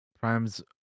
Prime's